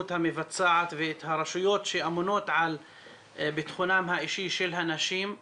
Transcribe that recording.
המבצעת ואת הרשויות שאמונות על ביטחונן האישי של הנשים לפעול.